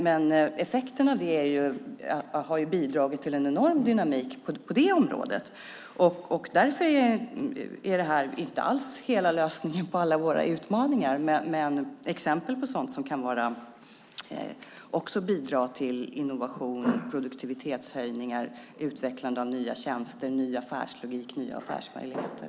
Men effekten av det har bidragit till en enorm dynamik på det området. Därför är detta inte alls hela lösningen på alla våra utmaningar, men det är exempel på sådant som också kan bidra till innovation, produktivitetshöjningar, utvecklande av nya tjänster, ny affärslogik och nya affärsmöjligheter.